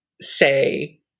say